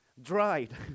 Dried